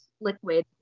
liquid